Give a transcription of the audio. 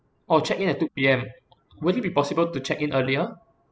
oh check in at two P_M would it be possible to check-in earlier